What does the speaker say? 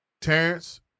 Terrence